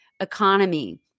economy